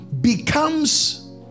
becomes